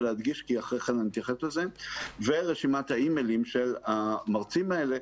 להדגיש ורשימת האימיילים של המרצים האלה.